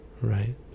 right